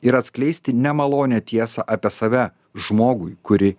ir atskleisti nemalonią tiesą apie save žmogui kurį